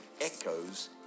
echoes